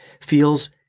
feels